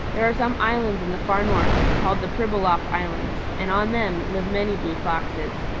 there are some islands in the far north, called the pribilof islands, and on them live many blue foxes.